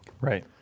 Right